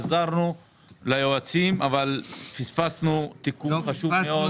עזרנו ליועצים אבל פספסנו תיקון חשוב מאוד,